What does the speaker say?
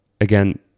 again